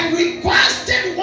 requested